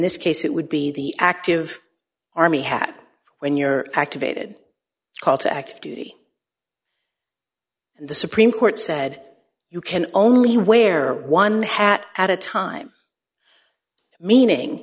this case it would be the active army had when you're activated call to active duty and the supreme court said you can only wear one hat at a time meaning